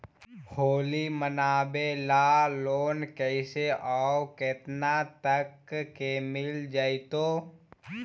होली मनाबे ल लोन कैसे औ केतना तक के मिल जैतै?